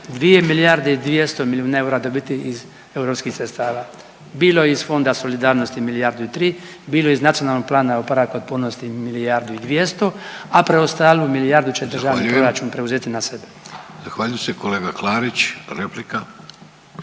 2 milijarde i 200 milijuna eura dobiti iz europskih sredstava, bilo iz Fonda solidarnosti milijardu i 3, bilo iz Nacionalnog plana oporavka i otpornosti milijardu i 200, a preostalu milijardu će državni … .../Upadica: Zahvaljujem./... proračun